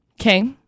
Okay